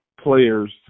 players